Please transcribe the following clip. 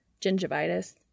gingivitis